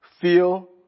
feel